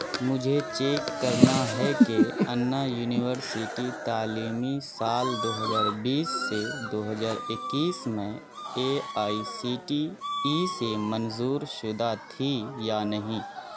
مجھے چیک کرنا ہے کہ انا یونیورسٹی تعلیمی سال دو ہزار بیس سے دو ہزار اکیس میں A I C T E سے منظور شدہ تھی یا نہیں